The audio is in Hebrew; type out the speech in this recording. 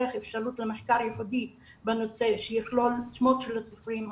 אפשרות למחקר ייחודי בנושא שיכלול שמות של הסופרים,